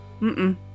Mm-mm